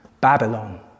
Babylon